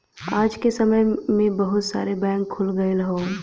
आज के समय में बहुत सारे बैंक खुल गयल हौ